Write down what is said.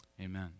amen